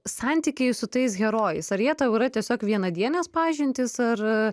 santykiai su tais herojais ar jie tau yra tiesiog vienadienės pažintys ar